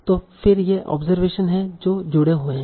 तो फिर से ये ऑब्जरवेशन हैं जो जुड़े हुए हैं